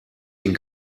den